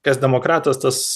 kas demokratas tas